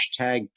Hashtag